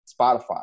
Spotify